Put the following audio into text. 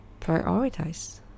Prioritize